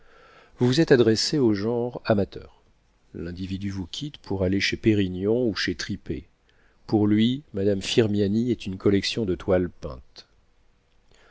vous vous êtes adressé au genre amateur l'individu vous quitte pour aller chez pérignon ou chez tripet pour lui madame firmiani est une collection de toiles peintes